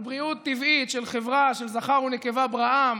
על בריאות טבעית של חברה, של "זכר ונקבה בראם",